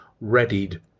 readied